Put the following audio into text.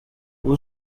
ubu